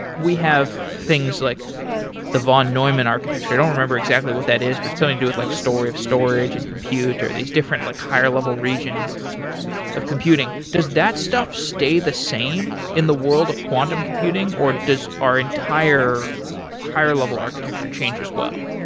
we have things like the von neumann architecture. i don't remember exactly what that is but it has something to do with like story of storage and computing. these different like higher level regions of computing. does that stuff stay the same in the world of quantum computing or does our entire higher level architecture change as well?